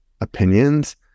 opinions